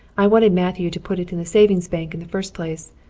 i wanted matthew to put it in the savings bank in the first place,